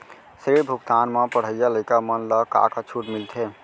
ऋण भुगतान म पढ़इया लइका मन ला का का छूट मिलथे?